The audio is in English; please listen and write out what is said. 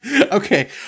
Okay